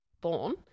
born